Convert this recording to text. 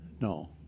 No